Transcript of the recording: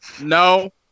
No